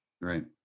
Right